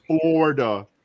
Florida